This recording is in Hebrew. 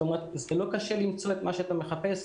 לא קשה למצוא את מה שאתה מחפש,